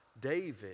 David